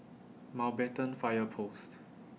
Mountbatten Fire Post